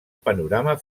panorama